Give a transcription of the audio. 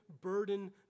burden